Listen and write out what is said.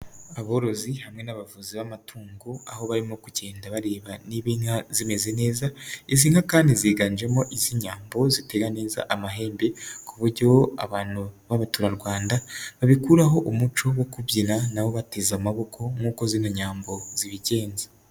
Aborozi hamwe n'abavuzi b'amatungo, aho barimo kugenda bareba niba inka zimeze neza. Izi nka kandi, ziganjemo iz'inyambo ziteze neza amahembe, ku buryo abantu b'abaturarwanda babikuraho umuco wo kubyina nabo bateze amaboko, nk'uko zino nyambo zibigenza.